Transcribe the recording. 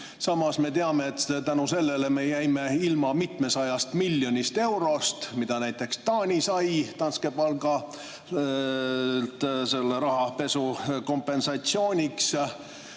Samas me teame, et selle tõttu me jäime ilma mitmesajast miljonist eurost, mida näiteks Taani sai Danske Bankilt selle rahapesu kompensatsiooniks.